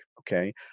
okay